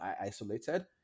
isolated